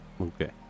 Okay